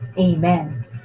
Amen